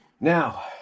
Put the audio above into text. Now